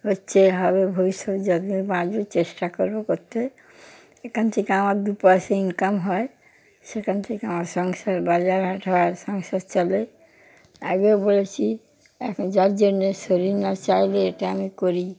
হচ্ছে হবে ভবিষ্যতে যত দিন বাঁচব চেষ্টা করব করতে এখান থেকে আমার দু পয়সা ইনকাম হয় সেখান থেকে আমার সংসার বাজার হাট হয় আর সংসার চলে আগেও বলেছি এখন যার জন্যে শরীর না চাইলে এটা আমি করি